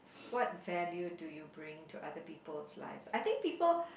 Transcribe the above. what value do you bring to other people's lives I think people